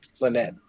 Lynette